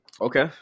Okay